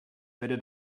wäre